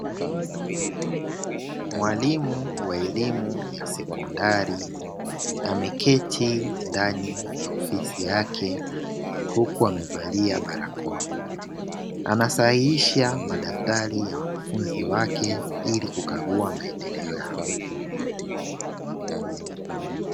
Mwalimu wa elimu ya sekondari ameketi ndani ya ofisi yake, huku amevalia barakoa. Anasahihisha madaftari ya wanafunzi wake ili kukagua maendeleo yao.